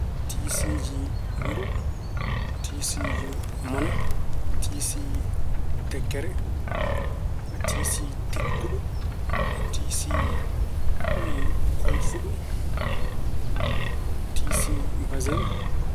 Tisiiji wiro, tisiiji mana, tisi tekkere, tisi tekkuɗo, tisi koyfuɗo, tisi mbasiŋ.